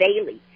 daily